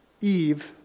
Eve